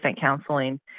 counseling